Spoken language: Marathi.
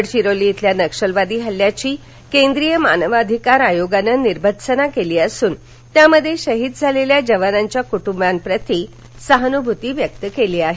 गडचिरोली इथल्या नक्षलवादी हल्ल्याची केंद्रीय मानवाधिकार आयोगानं निर्भत्सना केली असून त्यामध्ये शहीद झालेल्या जवानांच्या कुटुंबाप्रती सहानुभूती व्यक्त केली आहे